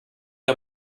der